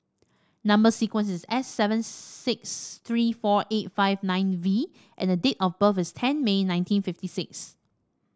number sequence is S seven six three four eight five nine V and date of birth is ten May nineteen fifty six